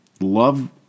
love